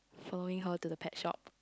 following her to the pet shop